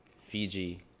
Fiji